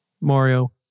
Mario